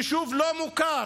יישוב לא מוכר,